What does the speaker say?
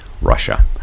Russia